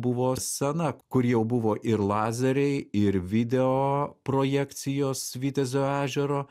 buvo scena kur jau buvo ir lazeriai ir video projekcijos svitjazio ežero